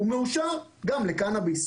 הוא מאושר גם לקנאביס.